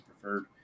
preferred